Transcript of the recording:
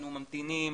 ממתינים,